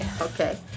Okay